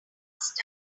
last